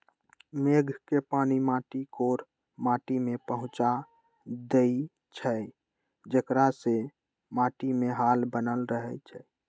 मेघ के पानी माटी कोर माटि में पहुँचा देइछइ जेकरा से माटीमे हाल बनल रहै छइ